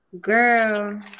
girl